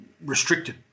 restricted